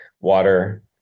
water